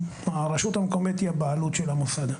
שהרשות המקומית היא הבעלות של המוסד.